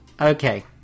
Okay